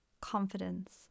confidence